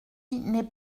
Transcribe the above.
n’est